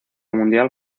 mundial